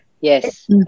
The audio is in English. Yes